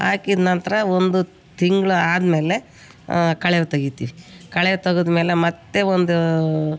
ಹಾಕಿದ್ ನಂತರ ಒಂದು ತಿಂಗ್ಳು ಆದಮೇಲೆ ಕಳೆ ತೆಗಿತೀವಿ ಕಳೆ ತೆಗದ್ಮೇಲೆ ಮತ್ತು ಒಂದು